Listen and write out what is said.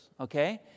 okay